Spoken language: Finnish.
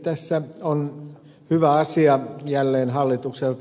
tässä on jälleen hyvä asia hallitukselta